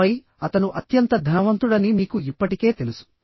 ఆపై అతను అత్యంత ధనవంతుడని మీకు ఇప్పటికే తెలుసు